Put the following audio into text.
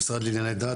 המשרד לשירותי דת,